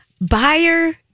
buyer